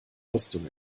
rüstung